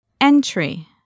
Entry